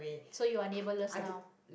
so you are neighbourless now